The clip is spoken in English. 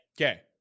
Okay